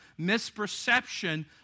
misperception